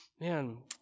man